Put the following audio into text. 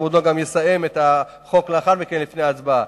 כבודו גם יסיים את הדיון לאחר מכן לפני ההצבעה.